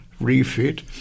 refit